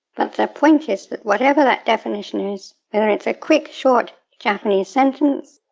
but the point is that whatever that definition is, whether it's a quick, short japanese sentence,